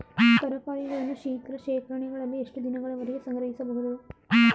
ತರಕಾರಿಗಳನ್ನು ಶೀತಲ ಶೇಖರಣೆಗಳಲ್ಲಿ ಎಷ್ಟು ದಿನಗಳವರೆಗೆ ಸಂಗ್ರಹಿಸಬಹುದು?